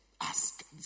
ask